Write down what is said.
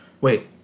Wait